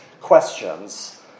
questions